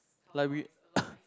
like we